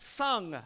sung